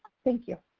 thank you.